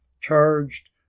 charged